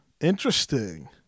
Interesting